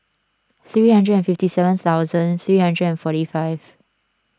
three hundred and fifty seven thousand three hundred and forty five